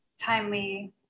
timely